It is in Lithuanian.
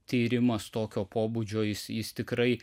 tyrimas tokio pobūdžio jis jis tikrai